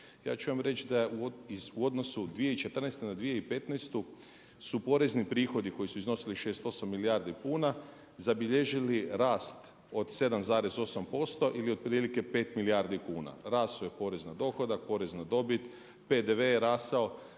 ja ću vam reći da je u odnosu 2014. na 2015. su porezni prihodi koji su iznosili 68 milijardi kuna zabilježili rast od 7,8% ili otprilike 5 milijardi kuna. Rastao je porez na dohodak, porez na dobit, PDV je rastao,